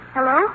Hello